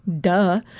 Duh